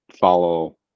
follow